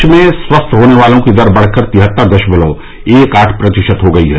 देश में स्वस्थ होने वालों की दर बढ़कर तिहत्तर दशमलव एक आठ प्रतिशत हो गई है